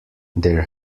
there